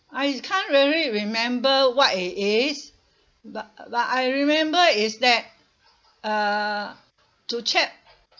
I can't really remember what it is but but I remember is that uh to check